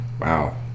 Wow